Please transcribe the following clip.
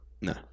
No